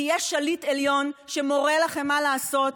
כי יש שליט עליון שמורה לכם מה לעשות,